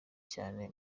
cyane